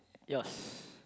yours